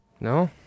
No